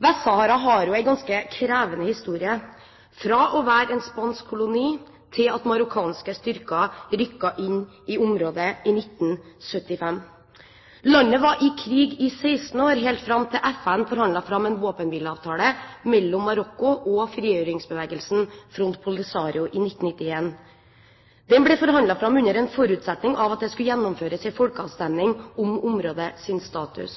har en ganske krevende historie, fra å være en spansk koloni til marokkanske styrker rykket inn i området i 1975. Landet var i krig i 16 år, helt fram til FN forhandlet fram en våpenhvileavtale mellom Marokko og frigjøringsbevegelsen Front Polisario i 1991. Den ble forhandlet fram under forutsetning av at det skulle gjennomføres en folkeavstemning om områdets status.